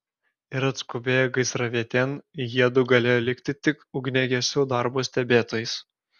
ir atskubėję gaisravietėn jiedu galėjo likti tik ugniagesių darbo stebėtojais